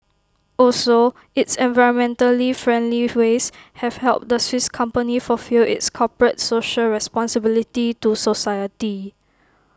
also its environmentally friendly ways have helped the Swiss company fulfil its corporate social responsibility to society